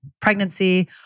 pregnancy